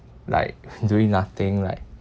like doing nothing like